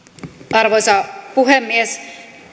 arvoisa puhemies